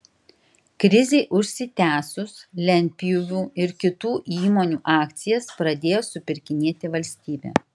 krizei užsitęsus lentpjūvių ir kitų įmonių akcijas pradėjo supirkinėti valstybė